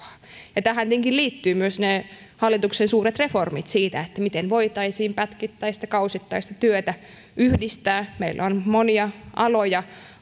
sosiaaliturvaa tähän tietenkin liittyvät myös hallituksen suuret reformit siitä miten voitaisiin pätkittäistä kausittaista työtä yhdistää meillä on monia aloja